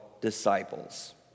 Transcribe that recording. disciples